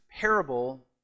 parable